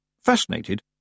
Fascinated